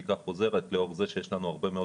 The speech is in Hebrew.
בדיקה חוזרת לאור זה שיש לנו הרבה מאוד